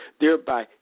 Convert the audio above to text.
thereby